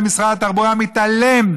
ומשרד התחבורה מתעלם,